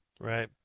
Right